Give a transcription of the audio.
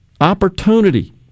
Opportunity